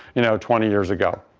you know twenty years ago.